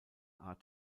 art